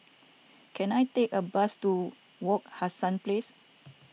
can I take a bus to Wak Hassan Place